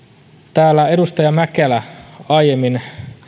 täällä edustaja mäkelä aiemmin